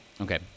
okay